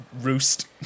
roost